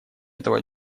этого